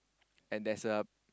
and there's a